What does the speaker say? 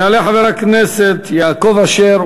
יעלה חבר הכנסת יעקב אשר,